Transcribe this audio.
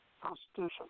Constitution